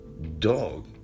Dog